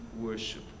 worship